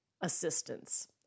assistance